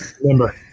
Remember